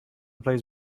plays